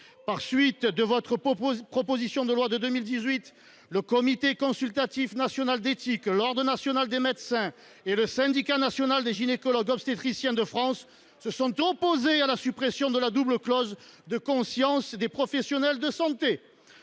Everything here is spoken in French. du dépôt de cette proposition de loi de 2018, le Comité consultatif national d’éthique, l’Ordre national des médecins et le Syndicat national des gynécologues obstétriciens de France se sont opposés à la suppression de la double clause de conscience des professionnels de santé.